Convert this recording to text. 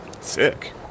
Sick